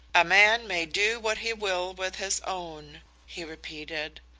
a man may do what he will with his own he repeated.